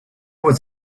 was